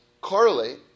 correlate